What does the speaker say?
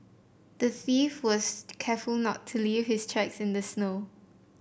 the thief was careful to not leave his tracks in the snow